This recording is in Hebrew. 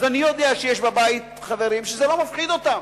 אז אני יודע שיש בבית חברים שזה לא מפחיד אותם: